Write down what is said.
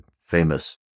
famous